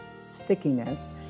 stickiness